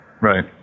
right